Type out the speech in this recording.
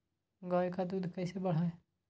गाय का दूध कैसे बढ़ाये?